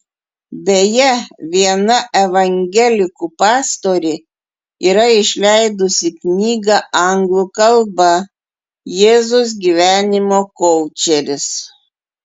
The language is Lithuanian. beje viena evangelikų pastorė yra išleidusi knygą anglų kalba jėzus gyvenimo koučeris